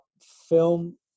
film